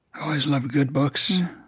i always loved good books.